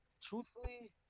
truthfully